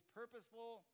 purposeful